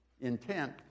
intent